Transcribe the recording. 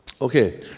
Okay